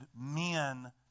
men